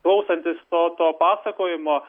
klausantis to to pasakojimo